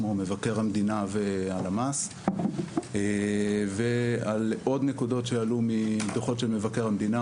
כמו מבקר המדינה והלמ"ס ועל עוד נקודות שעלו מדוחות של מבקר המדינה,